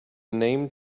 named